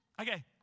Okay